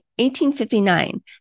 1859